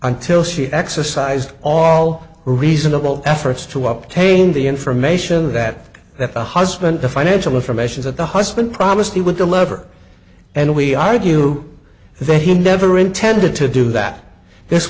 until she exercised all reasonable efforts to up pain the information that that the husband the financial information that the husband promised he would the lever and we argue that he never intended to do that this